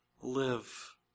live